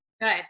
Good